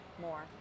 more